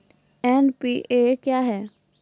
NPA क्या हैं?